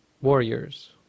warriors